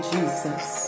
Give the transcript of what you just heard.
Jesus